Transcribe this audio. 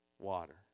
water